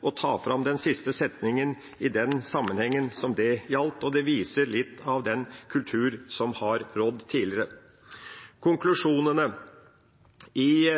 ta fram den siste setningen i den sammenhengen som det gjaldt, og det viser litt av den kultur som har rådd tidligere. Konklusjonene i